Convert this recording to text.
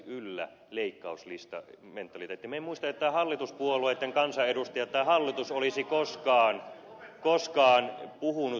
minä en muista että hallituspuolueitten kansanedustajat tai hallitus olisi koskaan puhunut leikkauslistoista